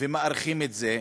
ומאריכים את זה.